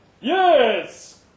Yes